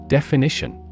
Definition